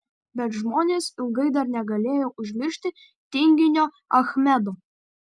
bet žmonės ilgai dar negalėjo užmiršti tinginio achmedo